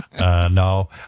No